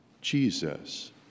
Jesus